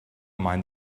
mind